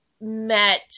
met